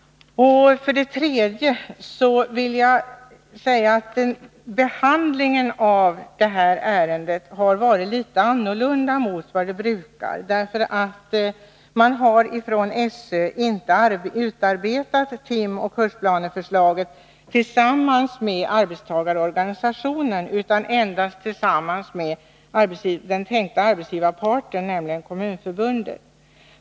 Slutligen vill jag säga att behandlingen av det här ärendet har varit litet annorlunda än vad som är vanligt. SÖ har sålunda inte utarbetat timoch kursplaneförslag tillsammans med arbetstagarorganisationen, utan endast tillsammans med den tänkta arbetsgivarparten, nämligen Kommunförbundet.